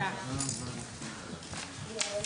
הישיבה נעולה.